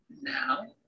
now